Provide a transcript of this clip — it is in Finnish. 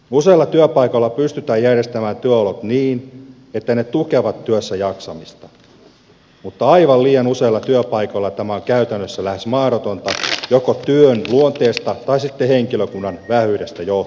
useilla työpaikoilla pystytään järjestämään työolot niin että ne tukevat työssä jaksamista mutta aivan liian useilla työpaikoilla tämä on käytännössä lähes mahdotonta joko työn luonteesta tai henkilökunnan vähyydestä johtuen